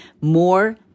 more